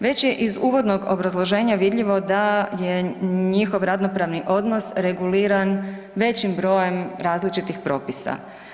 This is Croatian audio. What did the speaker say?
Već je iz uvodnog obrazloženja vidljivo da je njihov radno pravni odnos reguliran većim brojem različitih propisa.